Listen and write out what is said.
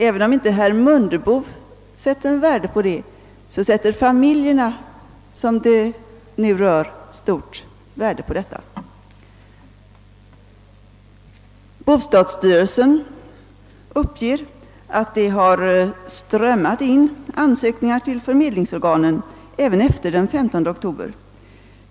även om inte herr Mundebo sätter värde på detta, tror jag att de familjer som det nu gäller gör det. Bostadsstyrelsen uppger att det har strömmat in ansökningar till förmedlingsorganen även efter den 15 oktober.